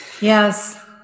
Yes